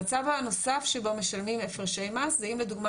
המצב הנוסף שבו משלמים הפרשי מס זה אם לדוגמה